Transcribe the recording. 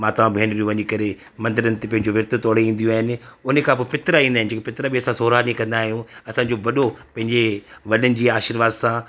माताऊं भेनरूं वञी करे मंदरनि ते पंहिंजो वृत तोड़े ईंदियूं आहिनि उन खां पोइ पितृ ईंदा आहिनि जेके पितृ बि असां सोरहां ॾींहं कंदा आहियूं असांजो वॾो पंहिंजे वॾनि जी आशिर्वाद सां